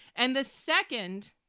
and the second,